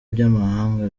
by’amahanga